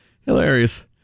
Hilarious